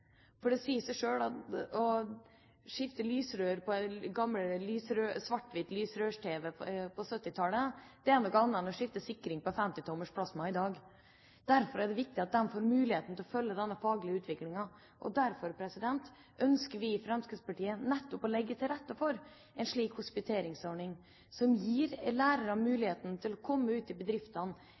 Det sier seg selv at å skifte lysrør på et gammelt svart-hvitt lysrør-tv på 1970-tallet er noe annet enn å skifte sikring på et 50 tommer plasma-tv i dag. Derfor er det viktig at de får muligheten til å følge den faglige utviklingen. Og derfor ønsker vi i Fremskrittspartiet nettopp å legge til rette for en hospiteringsordning som gir lærere muligheten til å komme ut i bedriftene